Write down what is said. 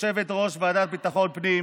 יושבת-ראש הוועדה לביטחון פנים,